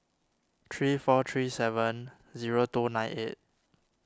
three four three seven zero two nine eight